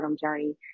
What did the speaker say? journey